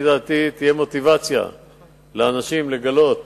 לפי דעתי, תהיה מוטיבציה לאנשים לגלות